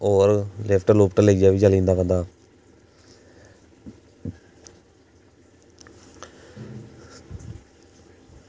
होर लिफ्ट लेइयै बी जंदा उठी बंदा